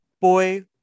boy